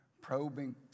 probing